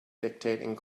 dictating